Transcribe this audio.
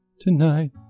Tonight